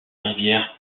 rivière